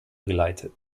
geleitet